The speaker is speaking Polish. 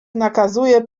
nakazuje